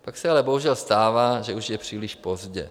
Pak se ale bohužel stává, že už je příliš pozdě.